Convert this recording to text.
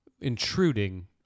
intruding